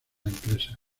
empresas